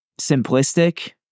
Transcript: simplistic